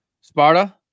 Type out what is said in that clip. Sparta